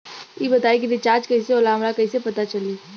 ई बताई कि रिचार्ज कइसे होला हमरा कइसे पता चली?